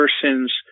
person's